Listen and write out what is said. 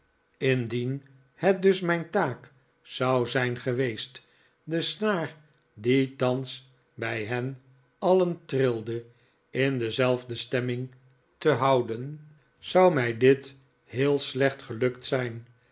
indien het dus mijn taak zou zijn geweest de snaar die thans bij hen alien trilde in dezelfde stemming te houden zou mij dit heel slecht gelukt zijn